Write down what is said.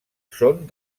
són